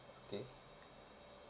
okay